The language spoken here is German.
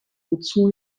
wozu